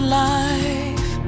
life